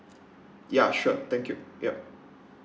ya sure thank you yup